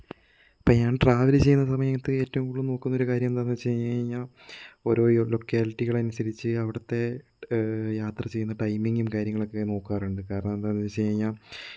ഇപ്പോൾ ഞാൻ ട്രാവൽ ചെയ്യുന്ന സമയത്ത് ഏറ്റവും കൂടുതല് നോക്കുന്നൊരു കാര്യം എന്താന്ന് വെച്ച് കഴിഞ്ഞ് കഴിഞ്ഞാൽ ഓരോ യു ലൊക്കാലിറ്റികൾ അനുസരിച്ച് അവിടത്തെ യാത്ര ചെയ്യുന്ന ടൈമിങ്ങും കാര്യങ്ങളക്കെ നോക്കാറുണ്ട് കാരണം എന്താന്ന് വെച്ച് കഴിഞ്ഞാൽ